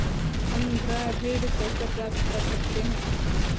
हम गृह ऋण कैसे प्राप्त कर सकते हैं?